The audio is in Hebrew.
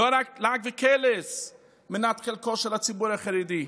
לא רק לעג וקלס הם מנת חלקו של הציבור החרדי,